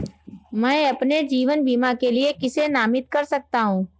मैं अपने जीवन बीमा के लिए किसे नामित कर सकता हूं?